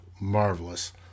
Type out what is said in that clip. marvelous